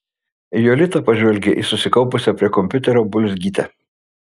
jolita pažvelgė į susikaupusią prie kompiuterio bulzgytę